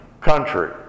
country